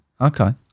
Okay